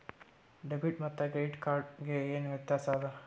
Debit ಮತ್ತ credit card ಗೆ ಏನ ವ್ಯತ್ಯಾಸ ಆದ?